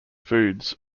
foods